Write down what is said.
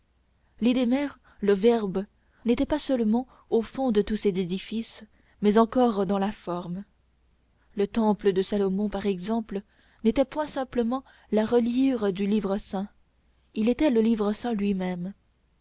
l'idée mère le verbe n'était pas seulement au fond de tous ces édifices mais encore dans la forme le temple de salomon par exemple n'était point simplement la reliure du livre saint il était le livre saint lui-même